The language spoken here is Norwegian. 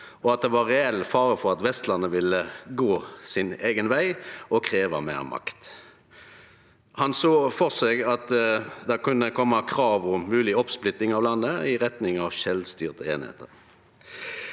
og at det var reell fare for at Vestlandet ville gå sin eigen veg og krevje meir makt. Han såg føre seg at det kunne kome krav om mogleg oppsplitting av landet i retning av sjølvstyrte einingar.